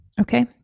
Okay